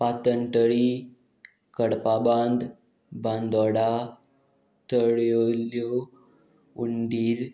पातणटळी कडपाबांद बांदोडा तळयुल्यो उंडीर